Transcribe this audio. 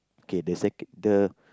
K the secon~ the